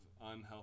unhealthy